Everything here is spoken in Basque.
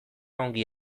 ongi